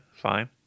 Fine